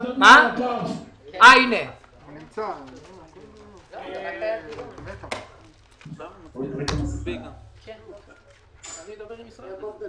האם יש לך מה להגיד בעניין הזה?